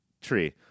tree